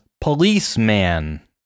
policeman